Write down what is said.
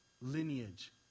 lineage